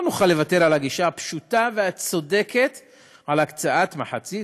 לא נוכל לוותר על הגישה הפשוטה והצודקת של הקצאת מחצית,